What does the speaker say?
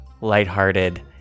lighthearted